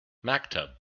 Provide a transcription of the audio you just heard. maktub